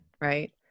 right